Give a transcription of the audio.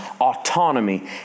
autonomy